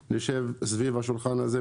שהם ישכרו מהאנשים האלה את המספרים